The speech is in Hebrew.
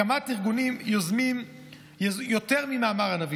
הקמת ארגונים יוזמים יותר ממאמר הנביא.